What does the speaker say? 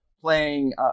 playing